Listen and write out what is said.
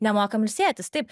nemokam ilsėtis taip